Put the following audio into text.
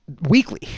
weekly